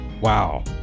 Wow